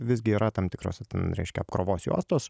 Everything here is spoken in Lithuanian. visgi yra tam tikros ten reiškia apkrovos juostos